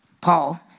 Paul